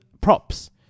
props